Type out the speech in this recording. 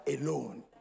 alone